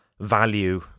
value